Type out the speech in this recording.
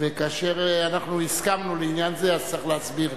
וכאשר אנחנו הסכמנו לעניין זה אז צריך להסביר.